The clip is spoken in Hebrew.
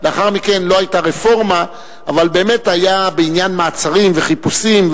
לאחר מכן לא היתה רפורמה אבל באמת היה בעניין מעצרים וחיפושים,